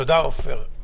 תודה, עופר.